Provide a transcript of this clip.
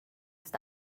ist